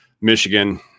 Michigan